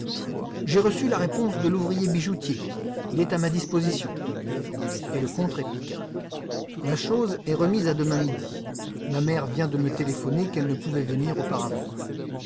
j'ai reçu la réponse de l'ouvrier bijoutier il est à ma disposition et le comte répliqua la chose est remise à demain midi ma mère vient de me téléphoner qu'elle ne pouvait venir auparavant